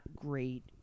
great